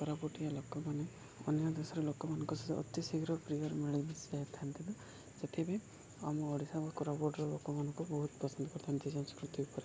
କୋରାପୁଟିଆ ଲୋକମାନେ ଅନ୍ୟ ଦେଶର ଲୋକମାନଙ୍କ ସହ ଅତି ଶୀଘ୍ର ପ୍ରିୟ ମିଳିମିଶି ଯାଇଥାନ୍ତି ସେଥିପାଇଁ ଆମ ଓଡ଼ିଶା ଓ କୋରାପୁଟର ଲୋକମାନଙ୍କୁ ବହୁତ ପସନ୍ଦ କରିଥାନ୍ତି ସଂସ୍କୃତି ଉପରେ